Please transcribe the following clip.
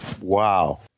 Wow